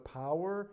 power